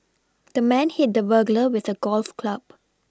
the man hit the burglar with a golf club